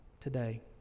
today